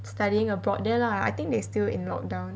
studying abroad there lah I think they still in lock down